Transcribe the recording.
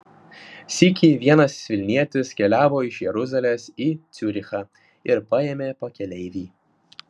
sykį vienas vilnietis keliavo iš jeruzalės į ciurichą ir paėmė pakeleivį